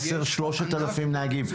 חסרים 3,000 נהגים,